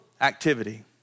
activity